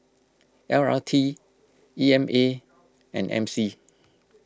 L R T E M A and M C